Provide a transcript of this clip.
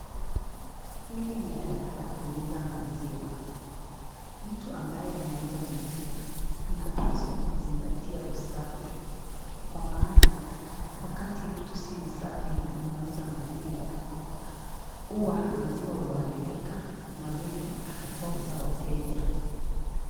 Hili ni duka la kuuza maziwa, Mtu ambaye anaauza maziwa anapaswa kuzingatia usafi kwa maana wakati mtu si msafi na anauza maziwa huwa maziwa huaribika na huenda akakosa wateja.